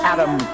Adam